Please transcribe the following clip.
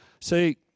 See